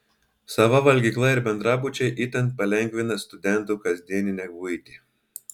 sava valgykla ir bendrabučiai itin palengvina studentų kasdieninę buitį